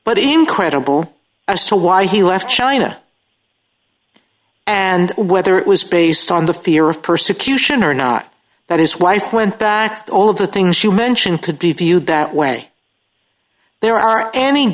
but incredible as to why he left china and whether it was based on the fear of persecution or not that his wife went back all of the things you mention could be viewed that way there are any